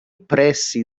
pressi